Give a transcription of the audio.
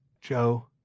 Joe